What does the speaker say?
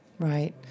Right